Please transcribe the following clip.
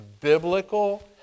biblical